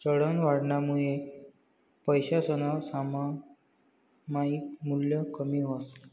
चलनवाढनामुये पैसासनं सामायिक मूल्य कमी व्हस